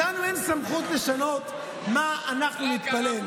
לנו אין סמכות לשנות מה אנחנו נתפלל.